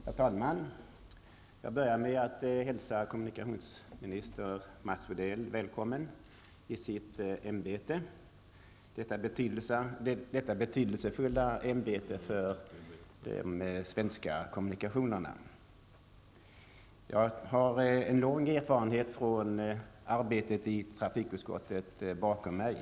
Herr talman! Jag börjar med att hälsa kommunikationsminister Mats Odell välkommen i sitt ämbete, detta för de svenska kommunikationerna betydelsefulla ämbete. Jag har en lång erfarenhet från arbetet i trafikutskottet bakom mig.